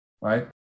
right